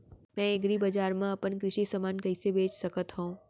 मैं एग्रीबजार मा अपन कृषि समान कइसे बेच सकत हव?